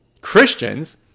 Christians